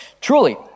Truly